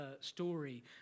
story